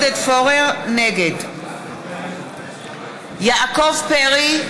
נגד יעקב פרי,